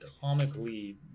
comically